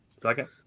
Second